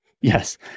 Yes